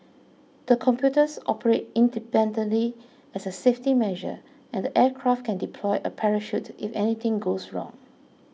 the computers operate independently as a safety measure and the aircraft can deploy a parachute if anything goes wrong